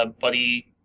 buddy